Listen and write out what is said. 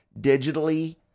digitally